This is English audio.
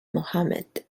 mohamed